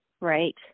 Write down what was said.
Right